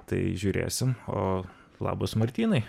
tai žiūrėsim o labas martynai